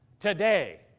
today